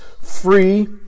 free